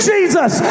Jesus